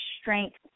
strength